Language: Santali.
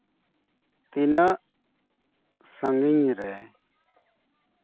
ᱛᱤᱱᱟᱹᱜ ᱥᱟᱹᱜᱤᱧ ᱨᱮ